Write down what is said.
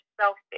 selfish